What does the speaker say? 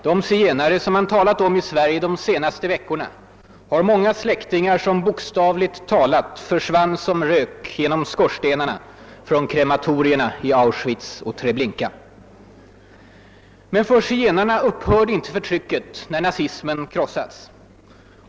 De zigenare som man talat om i Sverige de senaste veckorna har många släktingar som bokstavligt talat försvann som rök genom skorstenarna från krematorierna i Auschwitz och Treblinka. Men för zigenarna upphörde inte förtrycket när nazismen krossats.